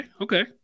okay